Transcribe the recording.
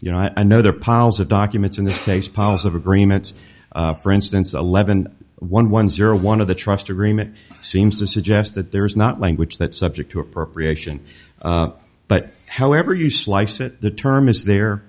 you know i know there are piles of documents in this case positive agreements for instance eleven one one zero one of the trust agreement seems to suggest that there is not language that's subject to appropriation but however you slice it the term is there